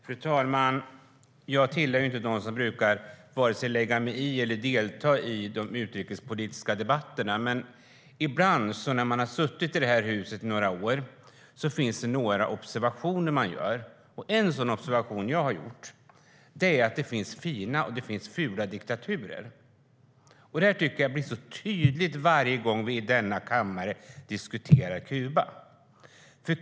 Fru talman! Jag tillhör inte dem som brukar lägga sig i eller delta i de utrikespolitiska debatterna, men efter att ha suttit i det här huset några år har jag gjort vissa observationer. En sådan observation jag har gjort är att det finns fina och fula diktaturer. Det blir så tydligt varje gång vi i denna kammare diskuterar Kuba.